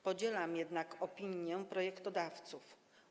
Podzielam jednak opinię projektodawców.